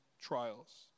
trials